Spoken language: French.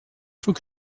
faut